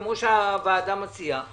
כפי שהוועדה מציעה,